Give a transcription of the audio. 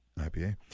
IPA